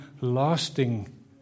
lasting